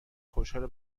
خوشحال